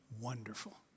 wonderful